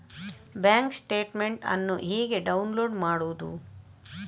Bank statement ಅನ್ನು ಹೇಗೆ download ಮಾಡುವುದು?